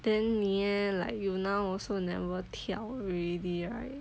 then 你 eh like you now also never 跳 already right